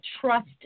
trust